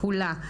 כולה.